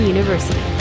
University